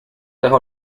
dejó